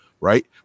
right